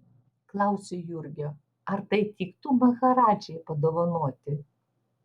klausiu jurgio ar tai tiktų maharadžai padovanoti